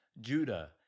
Judah